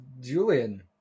Julian